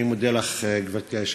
אני מודה לך, גברתי היושבת-ראש,